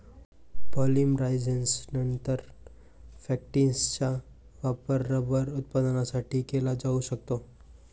पॉलिमरायझेशननंतर, फॅक्टिसचा वापर रबर उत्पादनासाठी केला जाऊ शकतो